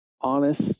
honest